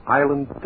island